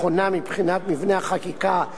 מבחינת מבנה החקיקה.